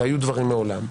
היו דברים מעולם.